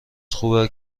خوبه